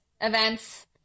events